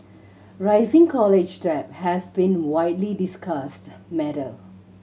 rising college debt has been widely discussed matter